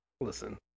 listen